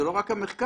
זה לא רק המחקר,